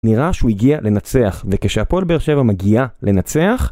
נראה שהוא הגיע לנצח, וכשהפועל באר שבע מגיעה לנצח...